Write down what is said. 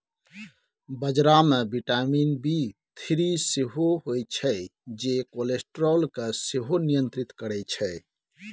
बजरा मे vitamin B three सेहो होइ छै जे कोलेस्ट्रॉल केँ सेहो नियंत्रित करय छै